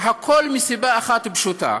הכול מסיבה אחת פשוטה: